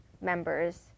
members